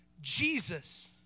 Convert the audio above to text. Jesus